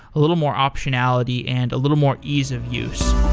a little more optionality, and a little more ease of use.